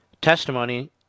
testimony